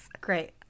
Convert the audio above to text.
Great